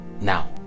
now